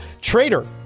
traitor